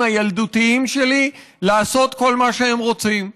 הילדותיים שלי לעשות כל מה שהם רוצים.